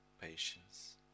patience